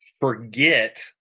forget